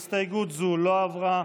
הסתייגות זו לא עברה.